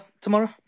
tomorrow